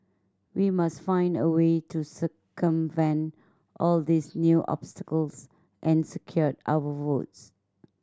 we must find a way to circumvent all these new obstacles and secure our votes